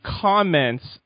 comments